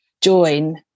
join